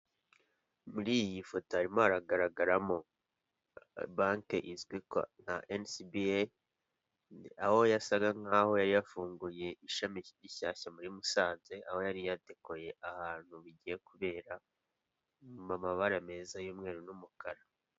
Muri iyi foto harimo haragaramo: banki izwi nka enisibi eyi, aho yasaga n'aho yari yafungunguye ishami rishyashya muri musanze, aho yari yadekoye ahantu bigiye kubera mu mabara meza y'umweru n'umukara.